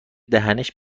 دهنش